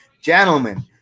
Gentlemen